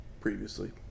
previously